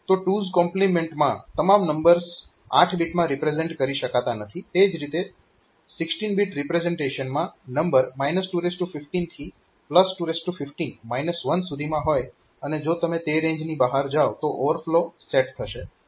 તો 2's કોમ્પ્લીમેન્ટમાં તમામ નંબર્સ 8 બીટમાં રિપ્રેઝેન્ટ કરી શકાતા નથી તે જ રીતે 16 બીટ રિપ્રેઝેન્ટેશનમાં નંબર 215 થી 215 1 સુધીમાં હોય અને જો તમે તે રેન્જથી બહાર જાઓ તો ઓવરફ્લો સેટ થશે